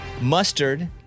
Mustard